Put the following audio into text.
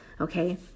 okay